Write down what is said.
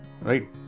right